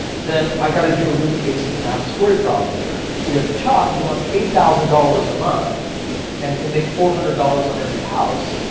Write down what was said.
then i got to do a really basic math story problem here. if chuck wants eight thousand dollars a month and can make four hundred dollars on every house,